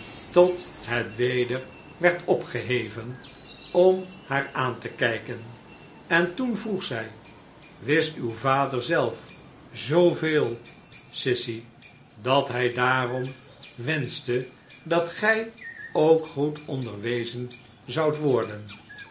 tot het weder werd opgeheven om haar aan te kijken en toen vroeg zij wist uw vader zelf zooveel sissy dat hij daarom wenschte dat gij ook goed onderwezen zoudt worden